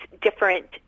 different